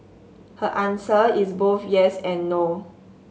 her answer is both yes and no